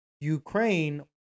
Ukraine